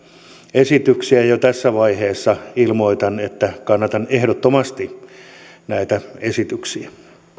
esityksiä jo tässä vaiheessa ilmoitan että kannatan ehdottomasti näitä esityksiä